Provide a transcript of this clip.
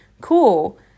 cool